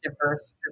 diverse